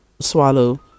swallow